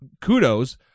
kudos